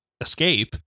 escape